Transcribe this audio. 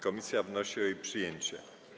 Komisja wnosi o jej przyjęcie.